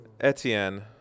Etienne